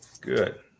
Good